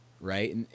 Right